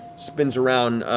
spins around,